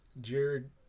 Jared